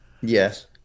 Yes